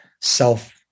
Self